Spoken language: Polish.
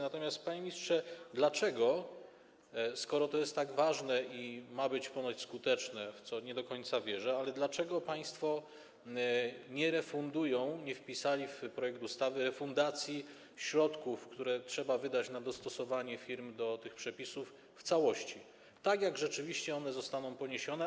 Natomiast, panie ministrze, dlaczego, skoro to jest tak ważne i ma być ponoć skuteczne, w co nie do końca wierzę, państwo nie refundują, nie wpisali w projekt ustawy refundacji środków, które trzeba wydać na dostosowanie firm do tych przepisów w całości, tak jak rzeczywiście zostaną one poniesione.